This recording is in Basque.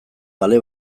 bale